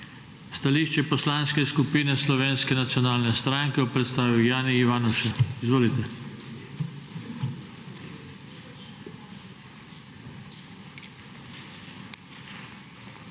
Stališče Poslanske skupine Slovenske nacionalne stranke bo predstavil Jani Ivanuša. Izvolite.